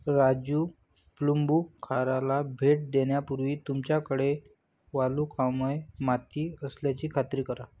राजू प्लंबूखाराला भेट देण्यापूर्वी तुमच्याकडे वालुकामय माती असल्याची खात्री करा